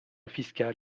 fiscal